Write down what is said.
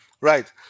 Right